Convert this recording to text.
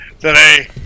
today